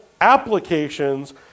applications